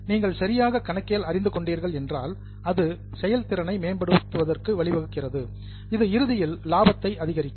நீங்கள் சரியாக கணக்கியல் அறிந்து கொண்டீர்கள் என்றால் அது செயல் திறனை மேம்படுத்துவதற்கு வழிவகுக்கிறது இது இறுதியில் லாபத்தை அதிகரிக்கும்